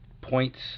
points